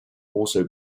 also